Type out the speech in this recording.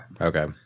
okay